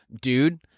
Dude